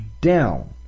down